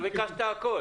כבר ביקשת הכול